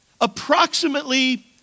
Approximately